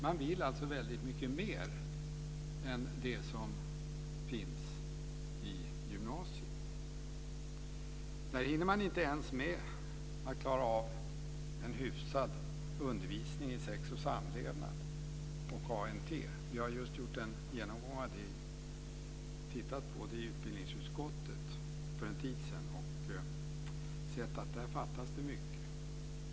Man vill alltså väldigt mycket mer än det som finns i gymnasiet. Där hinner man inte ens med att klara av en hyfsad undervisning i sex och samlevnad och ANT. Vi har för en tid sedan haft en genomgång av det i utbildningsutskottet och sett att det där fattas mycket.